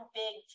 big